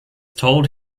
told